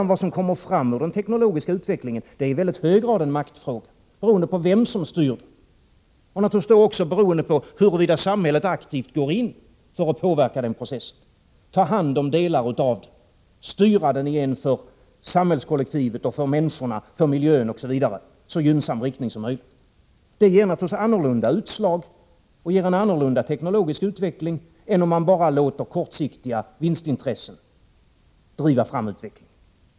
Vad som kommer fram ur den teknologiska utvecklingen är i mycket hög grad en maktfråga, beroende på vem som styr och naturligtvis beroende på hur samhället aktivt går in för att påverka denna process, tar hand om delar av den, styr den i en för samhällskollektivet, för människorna och för miljön osv. så gynnsam riktning som möjligt. Det ger naturligtvis annorlunda utslag och en annorlunda teknologisk utveckling än om man bara låter kortsiktiga vinstintressen driva fram utvecklingen.